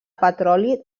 petroli